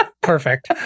perfect